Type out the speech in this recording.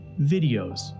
videos